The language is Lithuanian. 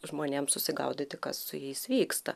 žmonėm susigaudyti kas su jais vyksta